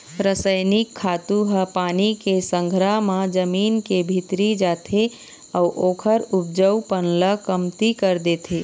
रसइनिक खातू ह पानी के संघरा म जमीन के भीतरी जाथे अउ ओखर उपजऊपन ल कमती कर देथे